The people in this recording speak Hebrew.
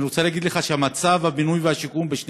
אני רוצה להגיד לך שמצב הבינוי והשיכון בשני